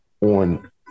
on